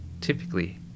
typically